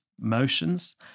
motions